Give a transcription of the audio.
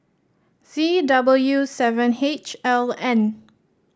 Z W seven H L N